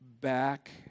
back